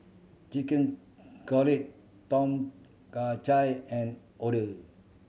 Chicken Cutlet Tom Kha Gai and Oder